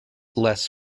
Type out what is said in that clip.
less